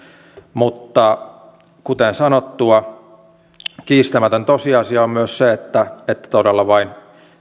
mutta kuten sanottua kiistämätön tosiasia on myös se että todella vain